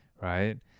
right